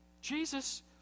Jesus